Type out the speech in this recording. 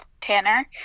Tanner